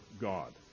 God